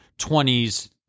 20s